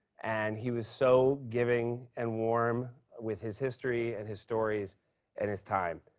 and he was so giving and warm with his history and his stories and his time.